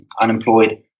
unemployed